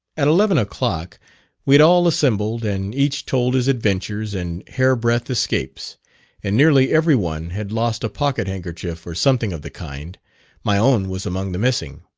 at eleven o'clock we had all assembled, and each told his adventures and hairbreadth escapes and nearly every one had lost a pocket handkerchief or something of the kind my own was among the missing.